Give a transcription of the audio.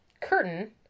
curtain